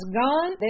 gone